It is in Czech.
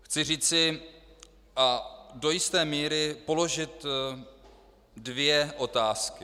Chci říci a do jisté míry položit dvě otázky.